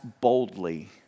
boldly